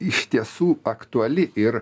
iš tiesų aktuali ir